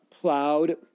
plowed